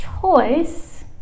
choice